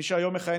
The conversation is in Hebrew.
מי שמכהן